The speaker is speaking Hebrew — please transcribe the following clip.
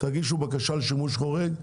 תגישו בקשה לשימוש חורג,